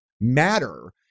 matter